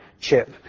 chip